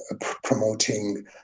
promoting